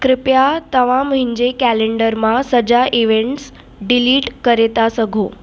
कृपया तव्हां मुंहिंजे कैलेण्डर मां सॼा इवेन्टस डिलीट करे था सघो